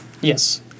Yes